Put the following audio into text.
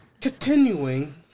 Continuing